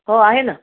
हो आहे ना